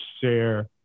share